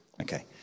Okay